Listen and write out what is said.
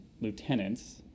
lieutenants